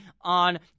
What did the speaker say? on